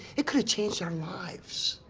it could've changed our lives.